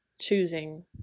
choosing